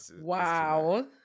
Wow